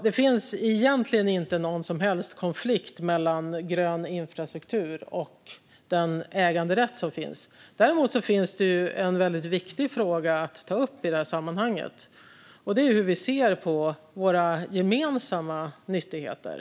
Det finns egentligen inte någon som helst konflikt mellan grön infrastruktur och äganderätt. Däremot finns det en viktig fråga att ta upp i detta sammanhang, och det är hur vi ser på våra gemensamma nyttigheter.